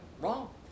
wrong